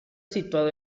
situado